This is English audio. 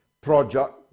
project